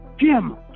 Jim